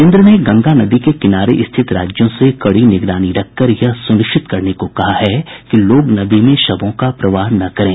केन्द्र ने गंगा नदी के किनारे स्थित राज्यों से कड़ी निगरानी रखकर यह सुनिश्चित करने को कहा है कि लोग नदी में शवों का प्रवाह न करें